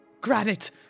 Granite